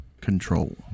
control